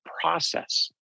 process